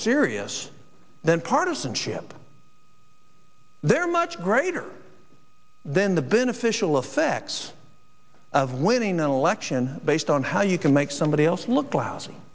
serious than partisanship they're much greater then the beneficial effects of winning an election based on how you can make somebody else look lousy